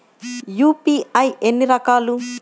UPI ఎన్ని రకాలు?